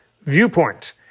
viewpoint